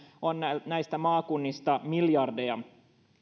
näistä maakunnista on miljardeja